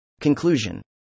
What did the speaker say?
Conclusion